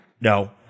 No